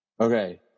Okay